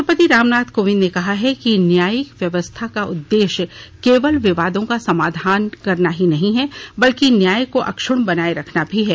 राष्ट्रपति रामनाथ कोविंद ने कहा है कि न्यायिक व्यवस्था का उददेश्य केवल विवादों का समाधान करना ही नहीं है बल्कि न्याय को अक्षुण्ण बनाये रखना भी है